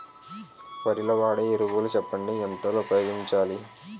వరిలో వాడే ఎరువులు చెప్పండి? ఎంత లో ఉపయోగించాలీ?